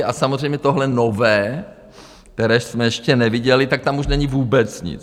A samozřejmě tohle nové, které jsme ještě neviděli, tak tam už není vůbec nic.